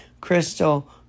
Crystal